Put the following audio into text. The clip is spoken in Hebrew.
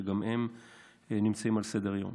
שגם הם נמצאים על סדר-היום.